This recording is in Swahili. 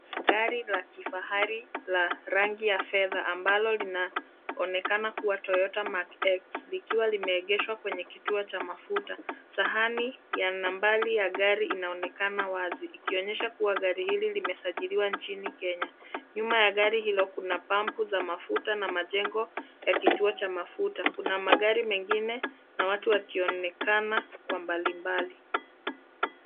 Gari la kifahari la rangi ya fedha ambalo linaonekana kuta Toyota Mark X likiwa limeegeshwa kwenye kituo cha mafuta. Sahani ya nambari ya gari ikionekana wazi ikionyesha kuwa gari hili limesajiliwa nchini Kenya. Nyuma ya gari hilo kuna pump za mafuta na majengo ya kituo cha mafuta. Kuna magari mengine na watu wakionekana kwa mbali mbali.